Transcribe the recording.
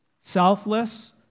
selfless